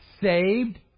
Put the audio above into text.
Saved